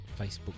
Facebook